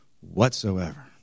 whatsoever